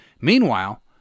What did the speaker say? Meanwhile